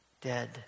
dead